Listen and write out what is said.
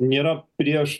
nėra prieš